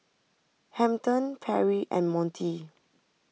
Hampton Perri and Montie